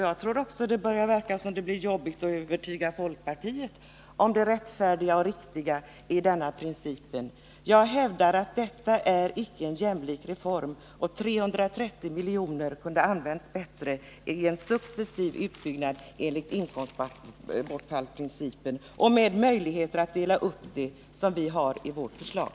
Det verkar dessutom som om det blir svårt att övertyga folkpartiet om det rättfärdiga och riktiga i den i propositionen föreslagna principen. Jag hävdar att detta inte är en jämlik reform och att 330 miljoner kunde ha använts bättre — för en successiv utbyggnad enligt inkomstbortfallsprincipen och med den möjlighet att dela upp ledigheten som ingår i vårt förslag.